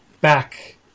back